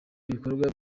ibikorwa